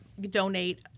donate